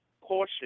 caution